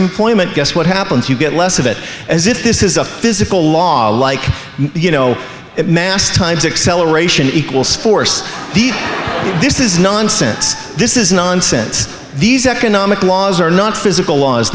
employment guess what happens you get less of it as if this is a physical laws like you know mass times acceleration equals force this is nonsense this is nonsense these economic laws are not physical laws